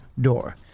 door